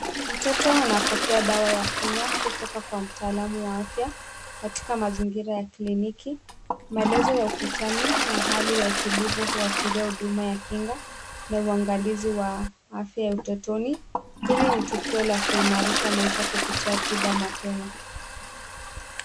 Mtoto anapokea dawa ya kunywa kutoka kwa mtalamu wa afya katika mazingira ya kliniki, maelezo ya ukutani na hali ya utulivu kuasheria huduma ya kinga na uangalizi wa afya ya utotoni. Hili ni tukio la kuimarisha maisha kupitia tiba mapema.